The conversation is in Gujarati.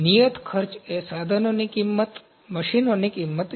નિયત ખર્ચ એ સાધનોની કિંમત મશીનોની કિંમત છે